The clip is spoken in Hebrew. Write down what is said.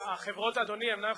לא יקום ולא יהיה.